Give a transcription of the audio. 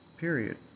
period